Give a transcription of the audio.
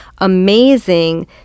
Amazing